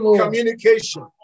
communication